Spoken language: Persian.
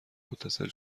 متصل